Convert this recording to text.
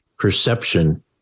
perception